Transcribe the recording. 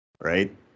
right